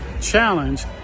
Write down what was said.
challenge